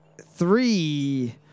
three